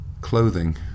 Clothing